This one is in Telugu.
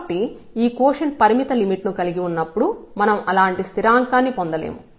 కాబట్టి ఈ కోషెంట్ పరిమిత లిమిట్ ను కలిగి ఉన్నప్పుడు మనం అలాంటి స్థిరాంకాన్ని పొందలేము